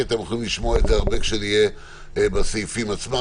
כי אתם יכולים לשמוע את זה הרבה כשנהיה בסעיפים עצמם.